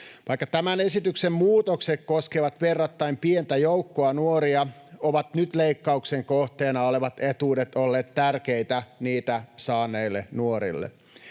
Vaikka tämän esityksen muutokset koskevat verrattain pientä joukkoa nuoria, ovat nyt leikkauksen kohteena olevat etuudet olleet tärkeitä niitä saaneille nuorille.